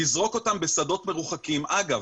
לזרוק אותם בשדות מרוקחים אגב,